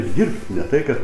ir dirbt ne tai kad